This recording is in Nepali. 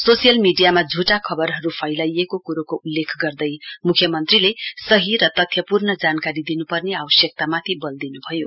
सोसियल मीडियामा झुटा खबरहरु फैलाइएको कुरोको उल्लेख गर्दै मुख्यमन्त्रीले सही र तथ्यपूर्ण जानकारी दिनुपर्ने आवश्यकतामाथि वल दिनुभयो